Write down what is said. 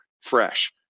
fresh